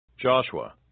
Joshua